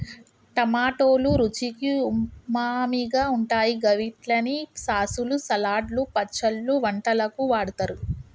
టమాటోలు రుచికి ఉమామిగా ఉంటాయి గవిట్లని సాసులు, సలాడ్లు, పచ్చళ్లు, వంటలకు వాడుతరు